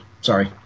sorry